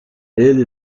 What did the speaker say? ele